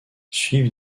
suivent